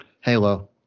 halo